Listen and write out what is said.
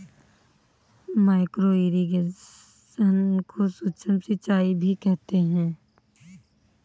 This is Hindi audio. माइक्रो इरिगेशन को सूक्ष्म सिंचाई भी कहते हैं